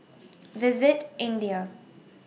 visit India